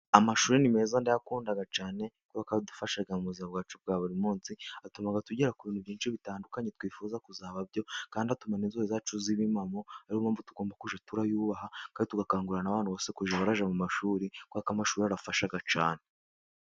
Amashuri ni meza ndayakunda cyane, kuko adufasha mu buzima bwacu bwa buri munsi, atuma tugera ku bintu byinshi bitandukanye twifuza kuzaba byo, kandi atuma n'inzozi zacu ziba impamo, ari mpamvu tugomba kujya tuyubaha, kandi tugakangurira abantu bose kujya bajya mu mashuri, kuko amashuri arafasha cyane.